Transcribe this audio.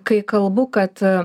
kai kalbu kad